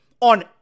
on